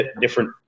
different